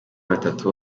batatu